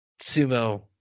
sumo